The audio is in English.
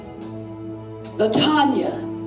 Latanya